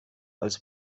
als